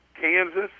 Kansas